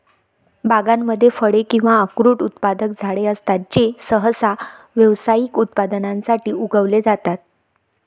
बागांमध्ये फळे किंवा अक्रोड उत्पादक झाडे असतात जे सहसा व्यावसायिक उत्पादनासाठी उगवले जातात